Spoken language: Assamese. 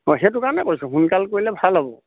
অঁ সেইটো কাৰণে কৈছোঁ সোনকাল কৰিলে ভাল হ'ব